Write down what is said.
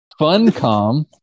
Funcom